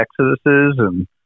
Exoduses—and